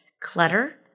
clutter